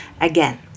Again